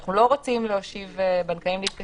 אנחנו לא רוצים להושיב בנקאים להתקשר.